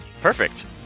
perfect